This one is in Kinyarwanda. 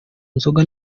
nzoga